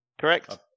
Correct